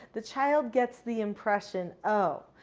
the child gets the impression, oh,